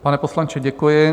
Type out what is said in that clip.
Pane poslanče, děkuji.